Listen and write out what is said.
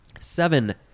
seven